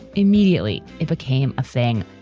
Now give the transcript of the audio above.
immediately it became a thing.